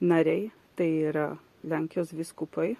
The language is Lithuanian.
nariai tai yra lenkijos vyskupai